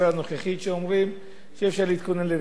שאומרים שאי-אפשר להתכונן לרעידות אדמה,